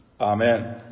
Amen